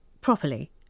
Properly